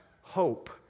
hope